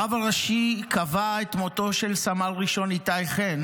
הרב הראשי קבע את מותו של סמל ראשון איתי חן